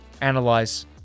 analyze